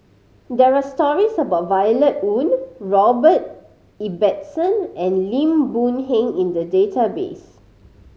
there are stories about Violet Oon Robert Ibbetson and Lim Boon Heng in the database